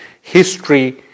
history